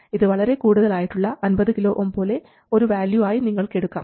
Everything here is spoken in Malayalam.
ഇത് വളരെ കൂടുതൽ ആയിട്ടുള്ള 50 KΩ പോലെ ഒരു വാല്യൂ ആയി നിങ്ങൾക്ക് എടുക്കാം